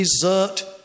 desert